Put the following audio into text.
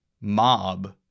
Mob